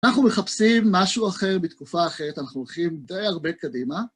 אנחנו מחפשים משהו אחר בתקופה אחרת, אנחנו הולכים די הרבה קדימה.